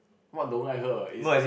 what don't like her it's